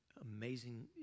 amazing